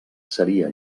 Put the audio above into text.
seria